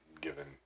given